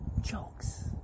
jokes